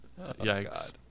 yikes